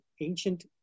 ancient